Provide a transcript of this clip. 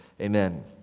amen